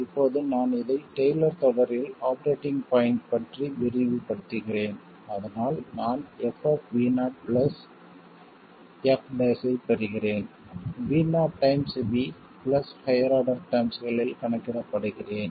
இப்போது நான் இதை டெய்லர் தொடரில் ஆப்பரேட்டிங் பாயிண்ட் பற்றி விரிவுபடுத்துகிறேன் அதனால் நான் f f ஐப் பெறுகிறேன் V0 times v plus higher order டெர்ம்ஸ்களில் கணக்கிடப்படுகிறேன்